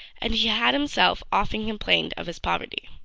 and he had himself often complained of his poverty.